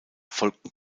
folgten